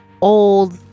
old